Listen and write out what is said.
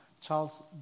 Charles